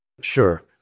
Sure